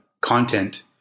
content